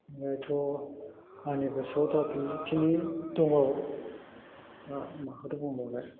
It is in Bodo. ओरैथ' आंनि गोसोआव दा बेखिनि दङ आरो माखौथ' बुंबावनो